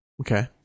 Okay